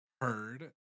Heard